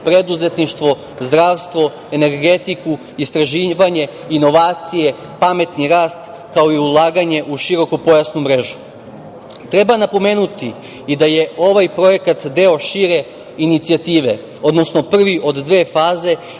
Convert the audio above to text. preduzetništvo, zdravstvo, energetiku, istraživanje, inovacije, pametni rast, kao i ulaganje u širokopojasnu mrežu. Treba napomenuti i da je ovaj projekat deo šire inicijative, odnosno prvi od dve faze